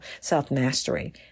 self-mastery